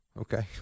Okay